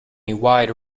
wide